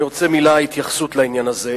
חבר הכנסת נסים זאב,